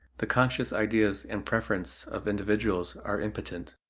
the conscious ideas and preference of individuals are impotent.